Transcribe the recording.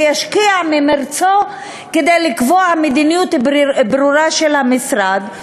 וישקיע ממרצו כדי לקבוע מדיניות ברורה של המשרד,